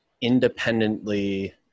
independently